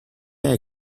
had